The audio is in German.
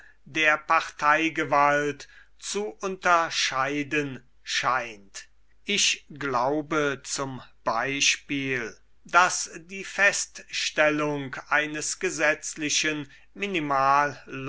der parteigewalt zu unterscheiden scheint ich glaube z b daß die feststellung eines gesetzlichen